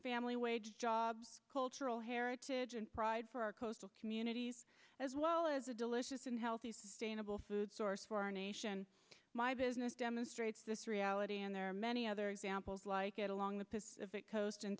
family wage jobs cultural heritage and pride for our coastal communities as well as a delicious and healthy sustainable food source for our nation my business demonstrates this reality and there are many other examples like it along the pacific coast